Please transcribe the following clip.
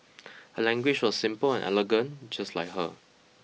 her language was simple and elegant just like her